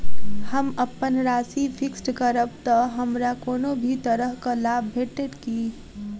हम अप्पन राशि फिक्स्ड करब तऽ हमरा कोनो भी तरहक लाभ भेटत की?